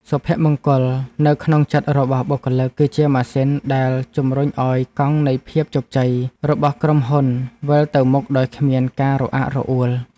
សុភមង្គលនៅក្នុងចិត្តរបស់បុគ្គលិក គឺជាម៉ាស៊ីនដែលជំរុញឱ្យកង់នៃភាពជោគជ័យរបស់ក្រុមហ៊ុនវិលទៅមុខដោយគ្មានការរអាក់រអួល។